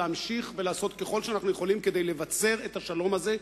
להמשיך ולעשות כל שאנחנו יכולים כדי לבצר את השלום הזה,